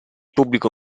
pubblico